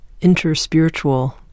interspiritual